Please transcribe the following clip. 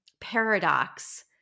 paradox